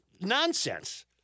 nonsense